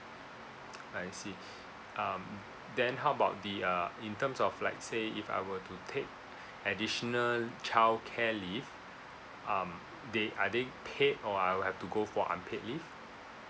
I see um then how about the uh in terms of like say if I were to take additional childcare leave um they are they paid or I'll have to go for unpaid leave